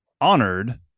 honored